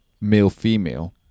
male-female